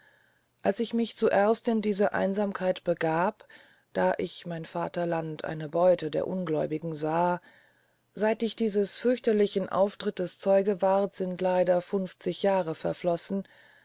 als ich mich zuerst in diese einsamkeit begab da ich mein vaterland eine beute der ungläubigen sah seit ich dieses fürchterlichen auftrittes zeuge ward sind leider funfzig jahr verflossen